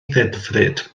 ddedfryd